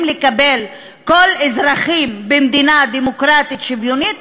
לקבל כל האזרחים במדינה דמוקרטית שוויונית?